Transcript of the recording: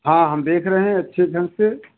हाँ हम देख रहे हैं अच्छे ढंग से